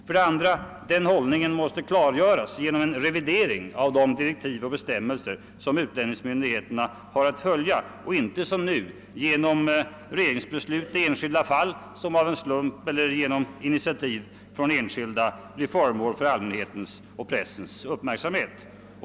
För det andra måste denna hållning klargöras genom en revidering av de direktiv och bestämmelser som utlänningsmyndigheterna har att följa, inte som nu genom regeringsbeslut i enskilda fall som av en slump eller genom initiativ från enskilda blir föremål för allmänhetens och pressens uppmärksamhet.